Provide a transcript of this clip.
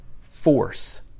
force